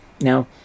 Now